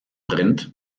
brennt